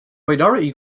minority